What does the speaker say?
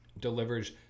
delivers